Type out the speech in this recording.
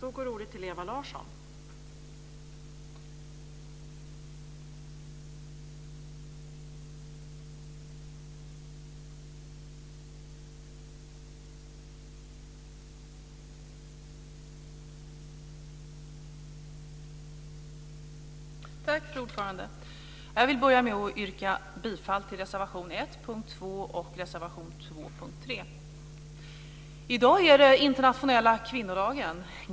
Fru talman! Jag vill börja med att yrka bifall till reservation 1 punkt 2 och reservation 2 punkt 3. I dag är det internationella kvinnodagen.